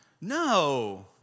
no